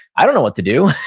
i don't know what to do.